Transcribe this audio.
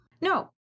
No